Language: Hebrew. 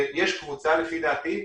יש קבוצה, לפי דעתי,